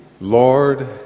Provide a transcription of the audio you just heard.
Lord